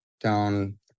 down